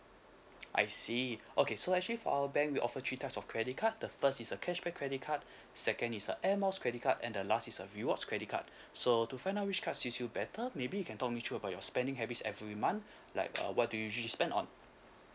I see okay so actually for our bank we offer three types of credit card the first is a cashback credit card second is a air miles credit card and the last is a rewards credit card so to find out which card suits you better maybe you can talk me through about your spending habits every month like uh what do you usually spend on